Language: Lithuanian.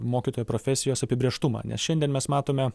mokytojo profesijos apibrėžtumą nes šiandien mes matome